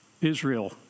Israel